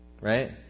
right